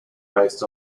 based